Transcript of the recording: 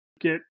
get